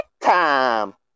time